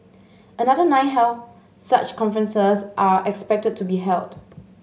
another nine such conferences are expected to be held